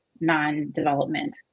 non-development